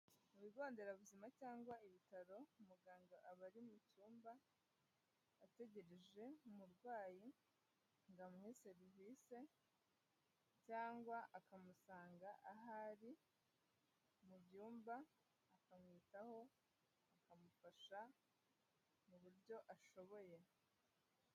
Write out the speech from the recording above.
Mu bigo nderabuzima cyangwa ibitaro umuganga aba ari mu cyumba ategereje umurwayi ngo amuhe serivise, cyangwa akamusanga aho ari mu byumba akamwitaho amufasha mu buryo ashoboye.